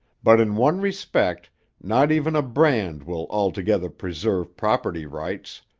but in one respect not even a brand will altogether preserve property rights.